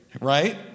right